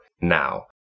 now